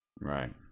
Right